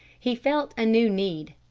he felt a new need.